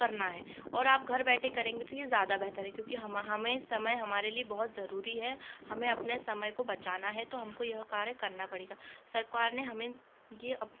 करना है और आप घर बैठे करेंगे तो यह ज्यादा बेहतर है क्योंकि हमें समय हमारे लिए बहुत ज़रूरी है हमें अपने समय को बचाना है तो हमको यह कार्य करना पड़ेगा सरकार ने हमें यह अप